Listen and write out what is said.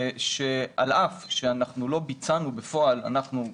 על אף שלא ביצענו בפועל אנחנו,